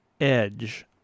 edge